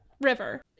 river